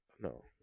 no